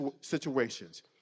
situations